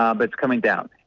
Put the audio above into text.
um but coming down.